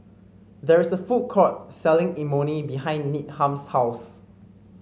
there is a food court selling Imoni behind Needham's house